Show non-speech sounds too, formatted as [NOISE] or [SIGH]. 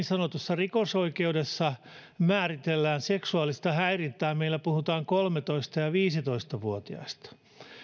[UNINTELLIGIBLE] sanotussa rikosoikeudessa määritellään seksuaalista häirintää meillä puhutaan kolmetoista viiva viisitoista vuotiaista